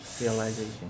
realization